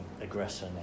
aggressor